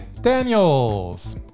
Daniels